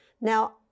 Now